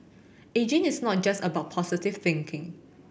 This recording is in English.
ageing is not just about positive thinking